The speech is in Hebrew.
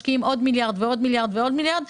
משקיעים עוד מיליארד ועוד מיליארד ועוד מיליארד,